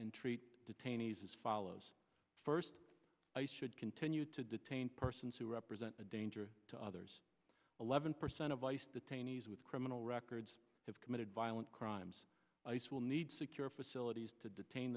and treat detainees as follows first i should continue to detain persons who represent a danger to others eleven percent of ice detainees with criminal records have committed violent crimes ice will need secure facilities to detain